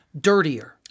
dirtier